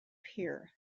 here